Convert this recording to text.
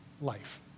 life